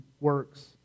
works